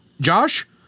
Josh